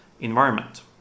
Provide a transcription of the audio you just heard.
environment